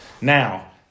Now